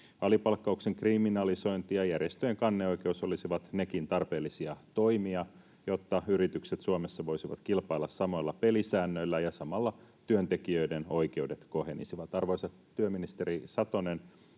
Alipalkkauksen kriminalisointi ja järjestöjen kanneoikeus olisivat nekin tarpeellisia toimia, jotta yritykset Suomessa voisivat kilpailla samoilla pelisäännöillä, ja samalla työntekijöiden oikeudet kohenisivat. Arvoisa työministeri Satonen,